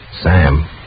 Sam